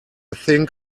think